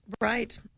right